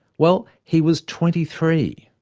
well, he was twenty three.